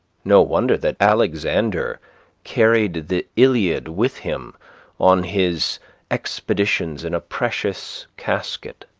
no wonder that alexander carried the iliad with him on his expeditions in a precious casket.